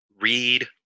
Read